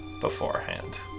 beforehand